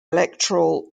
electoral